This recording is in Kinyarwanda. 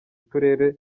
turere